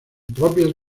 propias